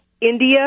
India